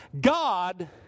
God